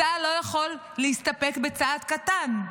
צה"ל לא יכול להסתפק בצבא קטן.